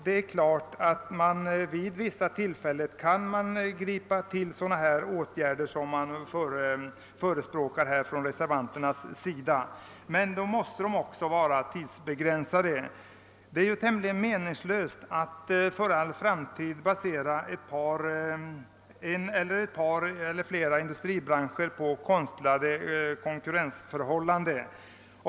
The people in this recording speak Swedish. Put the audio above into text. Det är klart att man vid vissa tillfällen kan gripa till sådana åtgärder som reservanterna förespråkar, men då måste de vara tidsbegränsade. Det är tämligen meningslöst att för all framtid basera en, ett par eller flera industribranscher på konstlade konkurrensförhållanden.